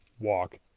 walk